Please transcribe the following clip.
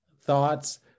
thoughts